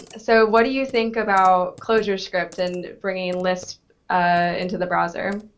ah so what do you think about clojurescript and bringing lisp into the browser?